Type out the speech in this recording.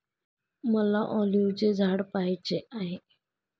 मला ऑलिव्हचे झाड पहायचे आहे